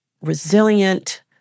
resilient